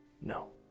No